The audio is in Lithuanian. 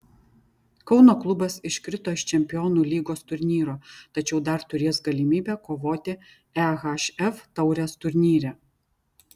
kauno klubas iškrito iš čempionų lygos turnyro tačiau dar turės galimybę kovoti ehf taurės turnyre